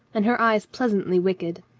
and her eyes pleasantly wicked.